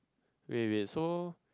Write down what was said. wait wait so